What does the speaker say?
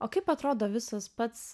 o kaip atrodo visas pats